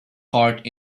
heart